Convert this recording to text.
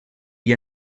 gli